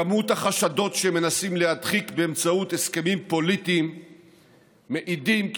כמות החשדות שמנסים להדחיק באמצעות הסכמים פוליטיים מעידה כי